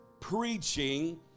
preaching